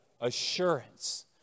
assurance